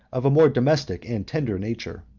of a more domestic and tender nature.